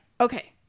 Okay